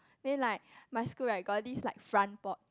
then like my school like got this like front board